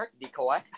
decoy